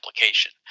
application